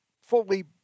fully